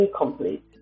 incomplete